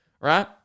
right